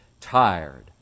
Tired